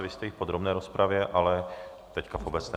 Vy jste i v podrobné rozpravě, ale teď v obecné.